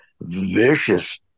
vicious